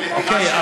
אוקיי.